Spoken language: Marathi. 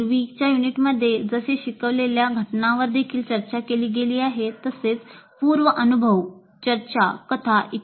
पूर्वीचा अनुभव कार्यान्वित करणे पूर्व अनुभव चर्चा कथा इ